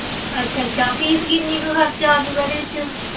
ਅੱਛਾ ਅੱਛਾ ਫੀਸ ਕਿੰਨੀ ਕੁ ਖਰਚਾ ਆਜੂਗਾ ਇਹਦੇ ਵਿੱਚ